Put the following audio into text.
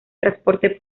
transporte